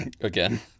again